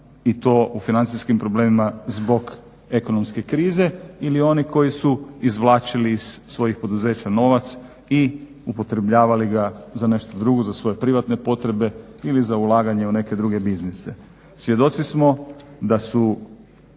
i to u financijskim problemima zbog ekonomske krize ili oni koji su izvlačili iz svojih poduzeća novac i upotrebljavali ga za nešto drugo, za svoje privatne potrebe ili za ulaganje u neke druge biznise. Svjedoci smo da su